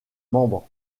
membres